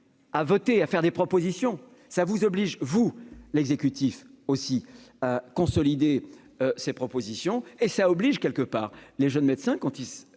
à voter, à faire des propositions, ça vous oblige vous l'exécutif aussi consolider ses propositions et ça oblige quelque part les jeunes médecins quand ils